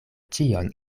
ĉion